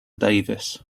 davis